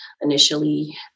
initially